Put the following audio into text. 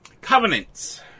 Covenants